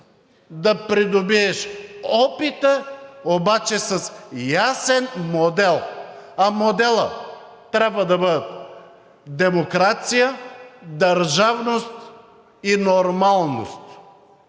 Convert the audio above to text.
да придобиеш опита, обаче с ясен модел. Моделът трябва да бъде демокрация, държавност и нормалност,